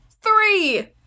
Three